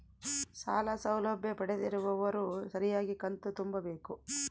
ಸಾಲ ಸೌಲಭ್ಯ ಪಡೆದಿರುವವರು ಸರಿಯಾಗಿ ಕಂತು ತುಂಬಬೇಕು?